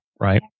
Right